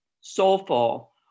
soulful